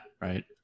right